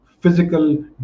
physical